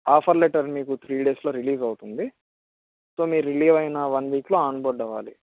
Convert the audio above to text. offer letter మీకు three డేస్లో release అవుతుంది సో మీరు రిలీజ్ అయిన వన్ వీక్లో అన్బోర్డ్ అవ్వాలి